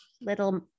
little